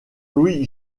louis